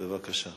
בבקשה,